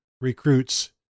recruits